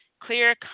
clear